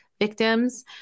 victims